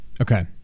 Okay